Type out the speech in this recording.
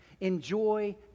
Enjoy